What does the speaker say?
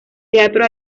teatro